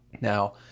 Now